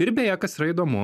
ir beje kas yra įdomu